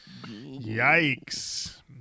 Yikes